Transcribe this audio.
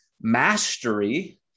Mastery